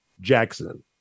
Jackson